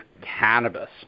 cannabis